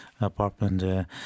apartment